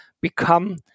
become